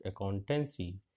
accountancy